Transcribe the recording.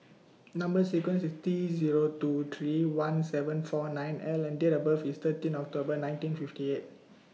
Number sequence IS T Zero two three one seven four nine L and Date of birth IS thirteen October nineteen fifty eight